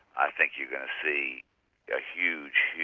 i think you're going to see a huge,